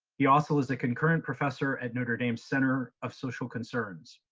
he also was a concurrent professor at notre dame's center of social concerns.